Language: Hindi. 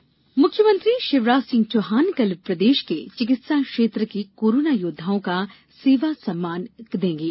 सेवा सम्मान मुख्यमंत्री शिवराज सिंह चौहान कल प्रदेश के चिकित्सा क्षेत्र के कोरोना योद्धाओं का सेवा सम्मान करेंगें